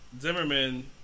Zimmerman